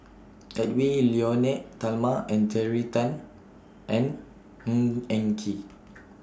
Edwy Lyonet Talma Terry Tan and Ng Eng Kee